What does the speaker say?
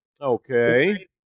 Okay